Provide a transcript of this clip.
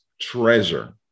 Treasure